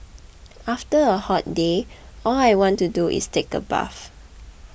after a hot day all I want to do is take a bath